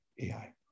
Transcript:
AI